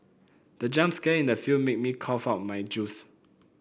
the jump scare in the film made me cough out my juice